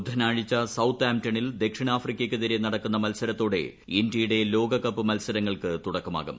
ബുധനാഴ്ച സൌത്ത് ആംടണിൽ ദക്ഷിണാഫ്രിക്കയ്ക്കെതിരെ നടക്കുന്ന മൽസരത്തോടെ ഇന്ത്യയുടെ ലോകകപ്പ് മൽസരങ്ങൾക്ക് തുടക്കമാകും